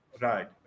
Right